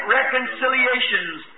reconciliations